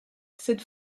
cette